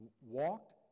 walked